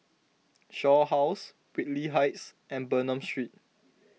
Shaw House Whitley Heights and Bernam Street